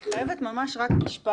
אני חייבת רק משפט.